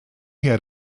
had